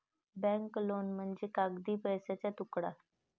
bank note म्हणजे कागदी पैशाचा तुकडा